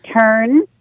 Turn